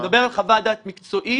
אני מדבר על חוות דעת מקצועית.